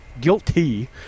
guilty